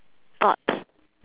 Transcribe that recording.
thought